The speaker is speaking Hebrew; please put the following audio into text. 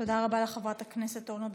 תודה רבה לחברת הכנסת אורנה ברביבאי.